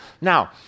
Now